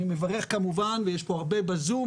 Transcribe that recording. אני מברך כמובן ויש פה הרבה בזום.